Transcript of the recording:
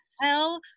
hell